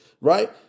right